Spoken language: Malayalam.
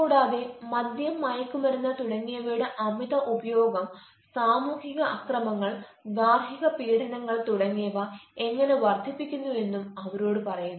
കൂടാതെ മദ്യം മയക്കുമരുന്ന് തുടങ്ങിയവയുടെ അമിത ഉപയോഗം സാമൂഹിക അക്രമങ്ങൾ ഗാർഹിക പീഡനങ്ങൾ തുടങ്ങിയവ എങ്ങനെ വർധിപ്പിക്കുന്നു എന്നും അവരോട് പറയുന്നു